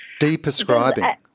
Deprescribing